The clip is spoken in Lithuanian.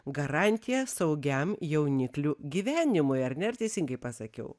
garantija saugiam jauniklių gyvenimui ar ne ar teisingai pasakiau